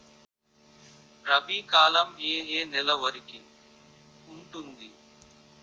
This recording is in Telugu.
రబీ కాలం ఏ ఏ నెల వరికి ఉంటుంది?